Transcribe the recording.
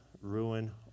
ruin